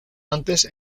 antes